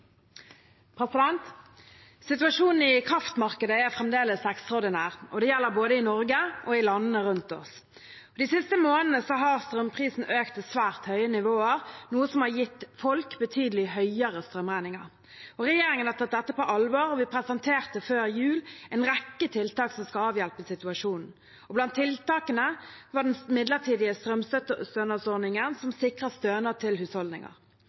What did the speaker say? til. Situasjonen i kraftmarkedet er fremdeles ekstraordinær, og det gjelder både i Norge og i landene rundt oss. De siste månedene har strømprisen økt til svært høye nivåer, noe som har gitt folk betydelig høyere strømregninger. Regjeringen har tatt dette på alvor, og vi presenterte før jul en rekke tiltak som skal avhjelpe situasjonen. Blant tiltakene var den midlertidige strømstønadsordningen som sikrer stønad til husholdninger.